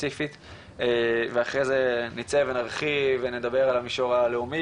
ספציפית ואחרי זה נצא ונרחיב ונדבר על המישור הלאומי